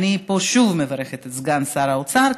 אני פה שוב מברכת את סגן שר האוצר,